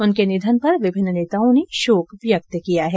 उनके निधन पर विभिन्न नेताओं ने शोक व्यक्त किया है